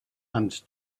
and